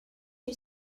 you